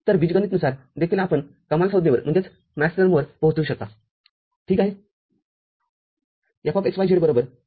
तर बीजगणितानुसार देखीलआपण कमाल संज्ञेवर पोहोचू शकता ठीक आहे Fxyz x y